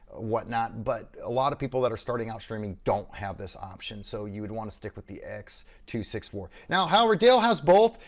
whatnot. but a lot of people that are starting out streaming don't have this option, so you would wanna stick with the x two six four. now however dale has both,